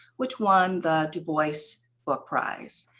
which won the dubois book prize.